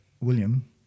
William